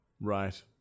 right